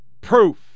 Proof